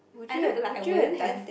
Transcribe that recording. I look like I wouldn't have